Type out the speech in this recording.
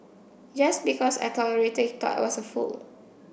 just because I tolerated he thought I was a fool